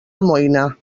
almoina